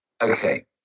Okay